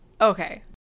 Okay